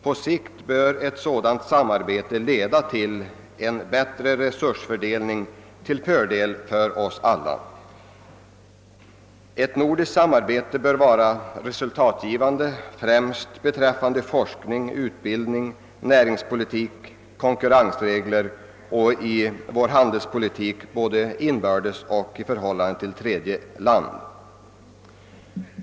På sikt bör ett sådant samarbete leda till en bättre resursfördelning till fördel för oss alla. Ett nordiskt samarbete bör vara resultatgivande främst beträffande forskning, utbildning, näringspolitik, konkurrensregler och beträffande handelspolitiken, både inbördes och i förhållande till tredje land.